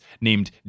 named